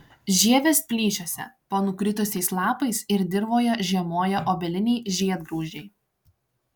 žievės plyšiuose po nukritusiais lapais ir dirvoje žiemoja obeliniai žiedgraužiai